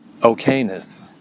okayness